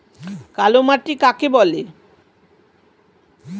কালো মাটি কাকে বলে?